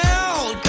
out